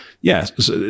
yes